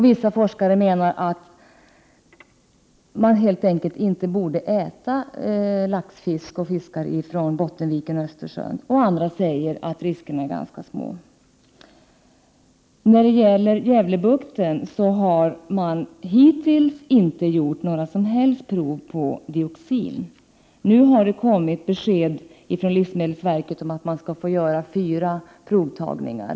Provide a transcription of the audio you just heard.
Vissa forskare menar att man helt enkelt inte borde äta laxfisk och andra fiskar från Bottenviken och Östersjön, medan andra säger att riskerna är ganska små. När det gäller Gävlebukten har hittills inte några som helst prov på dioxin gjorts. Nu har det kommit besked från livsmedelsverket om att man skall göra fyra provtagningar.